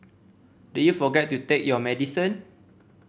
did you forget to take your medicine